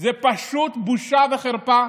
זה פשוט בושה וחרפה,